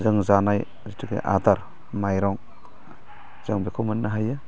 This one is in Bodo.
जों जानाय जिथु बे आदार माइरं जों बेखौ मोननो हायो